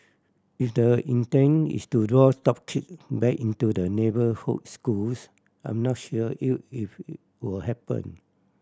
if the intent is to draw top kid back into the neighbourhood schools I'm not sure you if it will happen